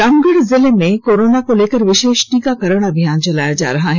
रामगढ़ जिले में कोरोना को लेकर विशेष टीकाकरण अभियान चलाया जा रहा है